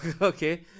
Okay